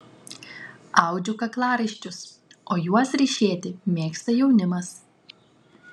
audžiu kaklaraiščius o juos ryšėti mėgsta jaunimas